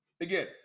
Again